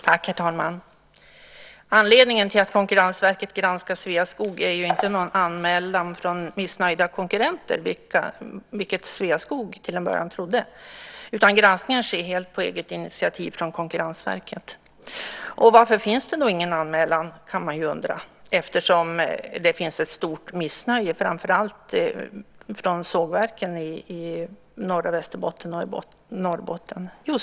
Herr talman! Anledningen till att Konkurrensverket granskar Sveaskog är inte någon anmälan från missnöjda konkurrenter, vilket Sveaskog till en början trodde. Granskningen sker helt på eget initiativ från Konkurrensverket. Varför finns det då ingen anmälan, kan man undra, eftersom det finns ett stort missnöje, framför allt från sågverken i norra Västerbotten och i Norrbotten.